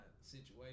situation